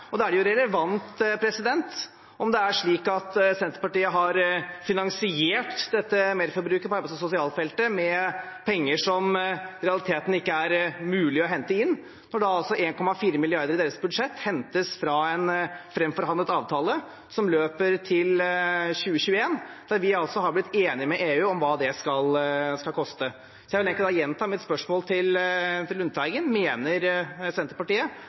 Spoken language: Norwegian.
der. Da er det relevant om det er slik at Senterpartiet har finansiert dette merforbruket på arbeids- og sosialfeltet med penger som det i realiteten ikke er mulig å hente inn, for det er altså 1,4 mrd. kr i deres budsjett som hentes fra en framforhandlet avtale som løper til 2021, og som vi altså er blitt enig med EU om hva skal koste. Så jeg kan gjenta mitt spørsmål til Lundteigen: Mener Senterpartiet